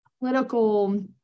political